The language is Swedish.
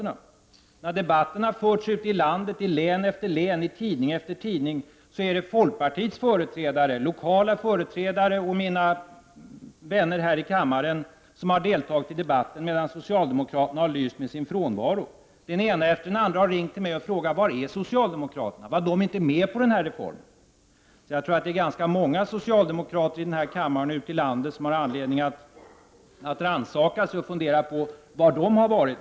När debatten har förts ute i landet i län efter län och i tidning efter tidning är det folkpartiets företrädare — lokala företrädare och mina vänner här i kammaren — som har deltagit i debatten, medan socialdemokraterna har lyst med sin frånvaro. Den ena efter den andra har ringt till mig och frågat var socialdemokraterna är och om de inte var med på den här reformen. Jag tror att det finns ganska många socialdemokrater i denna kammare och ute i landet som har anledning att rannsaka sig och fundera på var de har varit.